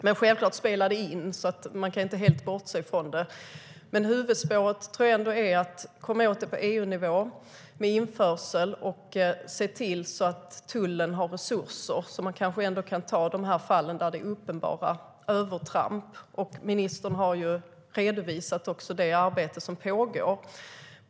Men visst spelar det roll, så vi kan inte bortse från det helt. Huvudspåret är nog ändå att komma åt det på EU-nivå genom införseln och se till att tullen har resurser så att man kan ta de fall som är uppenbara övertramp. Ministern har redovisat det arbete som pågår.